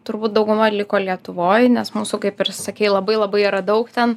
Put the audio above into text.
turbūt dauguma liko lietuvoj nes mūsų kaip ir sakei labai labai yra daug ten